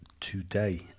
today